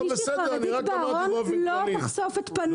אישה חרדית בארון לא תחשוף את פניה,